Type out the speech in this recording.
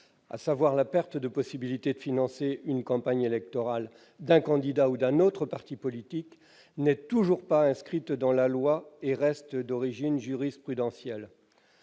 à savoir la perte de la possibilité de financer la campagne électorale d'un candidat ou d'un autre parti politique, n'est toujours pas inscrite dans la loi. Comme le soulignait la